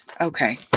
okay